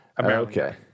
Okay